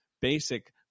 basic